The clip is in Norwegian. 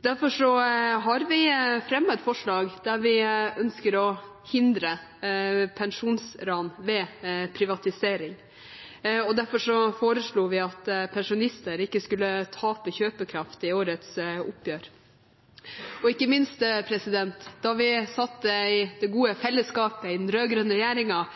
derfor har vi fremmet et forslag der vi ønsker å hindre pensjonsran ved privatisering, og derfor foreslo vi at pensjonister ikke skulle tape kjøpekraft i årets oppgjør. Ikke minst da vi satt i det gode fellesskapet i den rød-grønne regjeringen,